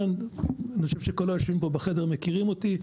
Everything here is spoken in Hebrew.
אני חושב שכול היושבים פה בחדר מכירים אותי,